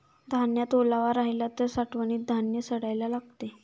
धान्यात ओलावा राहिला तर साठवणीत धान्य सडायला लागेल